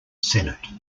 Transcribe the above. senate